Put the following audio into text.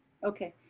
okay.